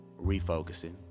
refocusing